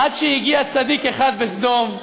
עד שהגיע צדיק אחד בסדום,